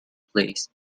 place